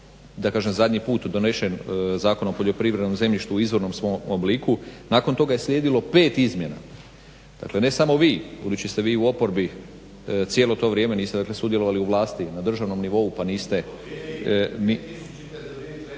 kada je zadnji put donesen Zakon o poljoprivrednom zemljištu u izvornom svom obliku, nakon toga je slijedilo 5 izmjena. Dakle ne samo vi budući ste vi u oporbi cijelo to vrijeme niste sudjelovali u vlasti na državnom nivou, mislim